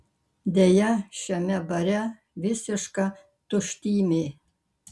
deja šiame bare visiška tuštymė